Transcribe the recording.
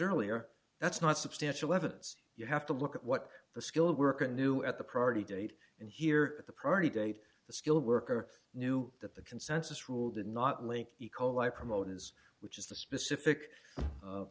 earlier that's not substantial evidence you have to look at what the skilled worker knew at the priority date and here at the priority date the skilled worker knew that the consensus rule did not link ico i promote is which is the specific